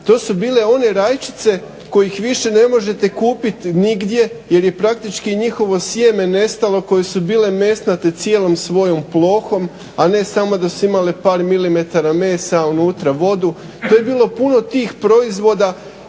to su bile one rajčice kojih više ne možete kupiti nigdje jer je praktički njihovo sjeme nestalo koje su bile mesnate cijelom svojom plohom, a ne samo da su imale par milimetara mesa a unutra vodu. To je bilo puno tih proizvoda